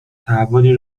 تحولی